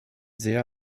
sehr